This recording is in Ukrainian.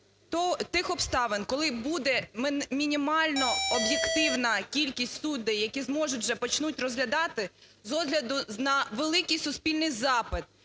тих обставин, коли буде мінімально об'єктивна кількість суддей, які зможуть, вже почнуть розглядати, з огляду на великий суспільний запит